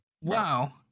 Wow